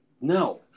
No